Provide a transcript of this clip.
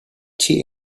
tea